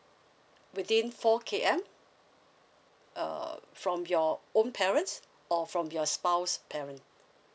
within four K M uh from your own parents or from your spouse's parent